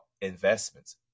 investments